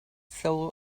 soul